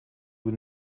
vous